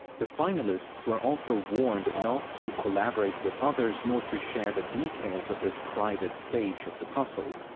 the finalists were also warned not to collaborate with others nor to share the details of this private stage of the puzzle.